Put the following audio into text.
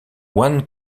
juan